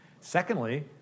Secondly